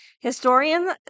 Historian